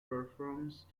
performs